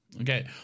Okay